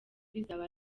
bizaba